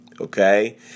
Okay